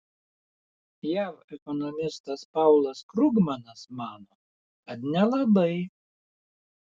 jav ekonomistas paulas krugmanas mano kad nelabai